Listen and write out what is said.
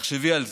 תחשבי על זה.